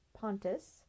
Pontus